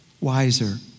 wiser